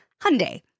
Hyundai